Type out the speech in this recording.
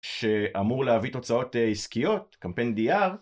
שאמור להביא תוצאות עסקיות, קמפיין DR